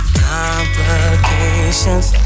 complications